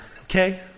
okay